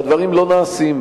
והדברים לא נעשים,